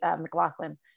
McLaughlin